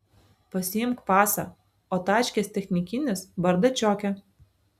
pasiimk pasą o tačkės technikinis bardačioke